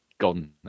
gone